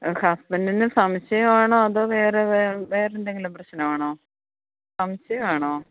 ഹസ്ബൻഡിന് സംശയമാണോ അതോ വേറെ വേറെ എന്തെങ്കിലും പ്രശ്നമാണോ സംശയമാണോ